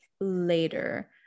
later